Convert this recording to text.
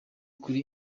kuri